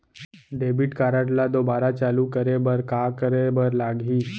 Debit card ला दोबारा चालू करे बर का करे बर लागही?